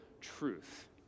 truth